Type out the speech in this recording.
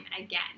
again